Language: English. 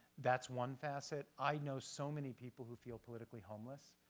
that's one facet. i know so many people who feel politically homeless,